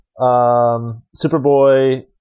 Superboy